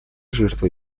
жертвой